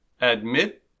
Admit